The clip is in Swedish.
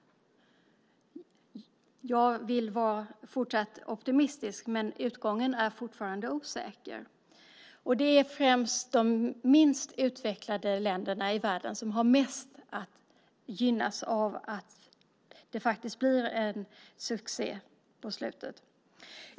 Jag vill vara fortsatt optimistisk, men utgången är fortfarande osäker. Det är främst de minst utvecklade länderna i världen som mest gynnas av att det faktiskt blir en succé på slutet.